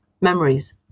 memories